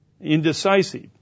Indecisive